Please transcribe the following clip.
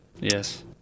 Yes